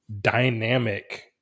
dynamic